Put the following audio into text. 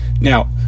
Now